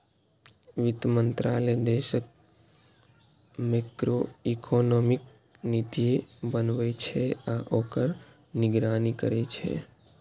वित्त मंत्रालय देशक मैक्रोइकोनॉमिक नीति बनबै छै आ ओकर निगरानी करै छै